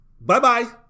Bye-bye